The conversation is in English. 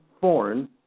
foreign